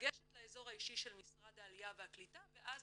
לגשת לאזור האישי של משרד העלייה והקליטה ואז